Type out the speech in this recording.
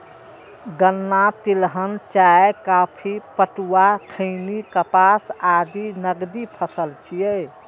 गन्ना, तिलहन, चाय, कॉफी, पटुआ, खैनी, कपास आदि नकदी फसल छियै